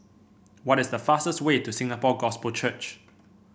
what is the fastest way to Singapore Gospel Church